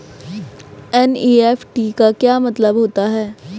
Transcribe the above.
NEFT का मतलब क्या होता है?